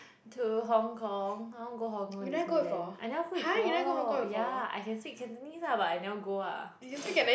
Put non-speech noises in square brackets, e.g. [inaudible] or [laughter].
to Hong-Kong I want go Hong-Kong Disneyland I never go before ya I can speak Cantonese ah but I never go ah [noise]